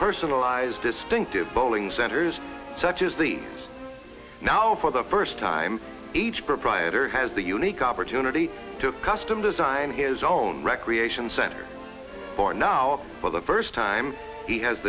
personalized distinctive bowling centers such as the now for the first time each proprietor has the unique opportunity to custom design his own recreation center for now for the first time he has